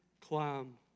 climb